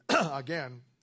again